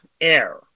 air